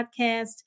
podcast